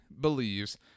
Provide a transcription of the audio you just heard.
believes